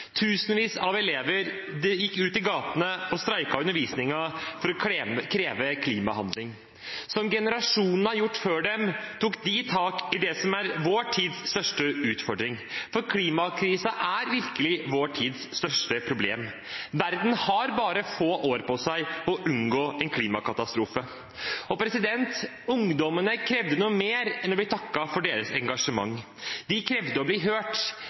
Tusenvis av elever gikk ut i gatene og boikottet undervisningen for å kreve klimahandling. Som generasjonene har gjort før dem, tok de tak i sin tids største utfordring. For klimakrisen er virkelig vår tids største problem. Verden har bare få år på seg til å unngå en klimakatastrofe. Ungdommene krevde noe mer enn å bli takket for sitt engasjement. De krevde å bli hørt.